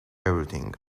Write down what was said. everything